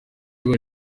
riba